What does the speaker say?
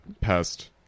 past